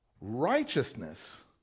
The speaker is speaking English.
Righteousness